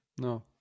No